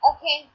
Okay